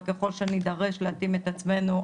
אבל ככל שיידרש להתאים את עצמנו,